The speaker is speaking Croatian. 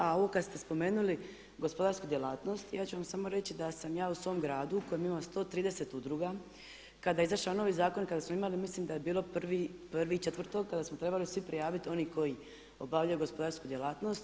A ovo kada ste spomenuli gospodarsku djelatnost, ja ću vam samo reći da sam ja u svome gradu u kojem ima 130 udruga kada je izašao novi zakon i kada smo imali, mislim da je bilo 1.4. kada smo trebali svi prijaviti oni koji obavljaju gospodarsku djelatnost.